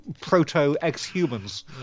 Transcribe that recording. proto-ex-humans